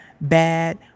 bad